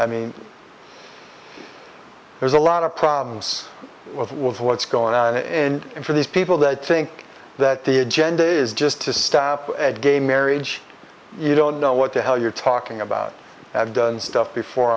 i mean there's a lot of problems with what's going on in it for these people that think that the agenda is just to staff a gay marriage you don't know what the hell you're talking about i've done stuff before